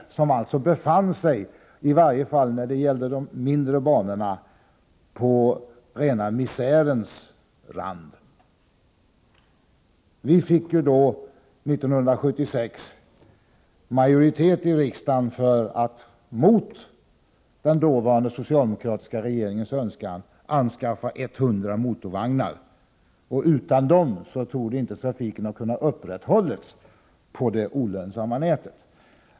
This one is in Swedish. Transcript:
SJ befann sig, åtminstone när det gällde de mindre banorna, på misärens rand. Vi fick våren 1976 majoritet i riksdagen för att mot den dåvarande, socialdemokratiska regeringens önskan skaffa 100 motorvagnar. Utan dessa vagnar torde trafiken inte ha kunnat upprätthållas på det olönsamma nätet.